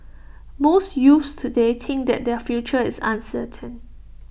most youths today think that their future is uncertain